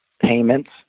payments